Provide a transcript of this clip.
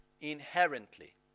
inherently